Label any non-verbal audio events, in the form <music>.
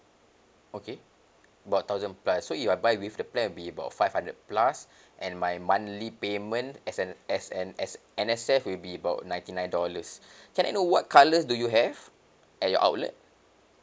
okay about thousand plus so if I buy with the plan it'll be about five hundred plus <breath> and my monthly payment as an as an as N_S_F will be about ninety nine dollars <breath> can I know what colours do you have at your outlet